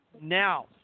Now